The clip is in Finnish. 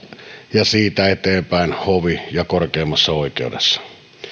ja siitä eteenpäin hovi ja korkeimmassa oikeudessa